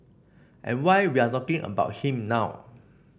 and why we are talking about him now